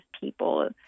people